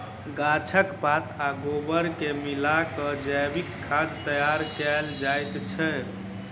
गाछक पात आ गोबर के मिला क जैविक खाद तैयार कयल जाइत छै